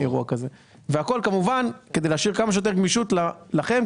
והכל כדי להשאיר כמה שיותר גמישות לכם,